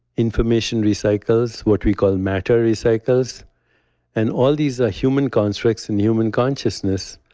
information recycles what we call matter recycles and all these are human constructs in human consciousness.